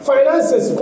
Finances